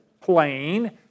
plane